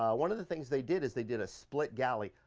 one of the things they did is they did a split galley.